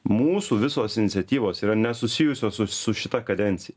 mūsų visos iniciatyvos yra nesusijusios su su šita kadencija